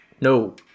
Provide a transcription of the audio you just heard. no